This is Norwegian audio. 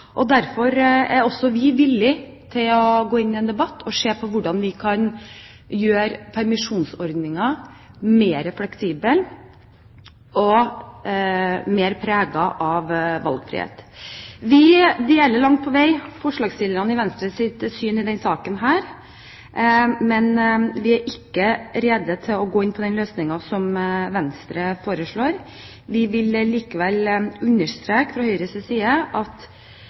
Derfor er også vi villig til å gå inn i en debatt og se på hvordan vi kan gjøre permisjonsordningen mer fleksibel og mer preget av valgfrihet. Vi deler langt på vei forslagsstillernes, Venstres, syn i denne saken, men vi er ikke rede til å gå inn på den løsningen som Venstre foreslår. Vi vil likevel fra Høyres side understreke viktigheten av å legge til rette for at